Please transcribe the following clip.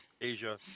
Asia